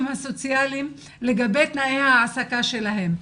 הסוציאליים לגבי תנאי ההעסקה שלהם.